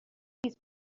these